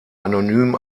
anonym